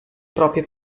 proprie